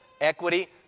equity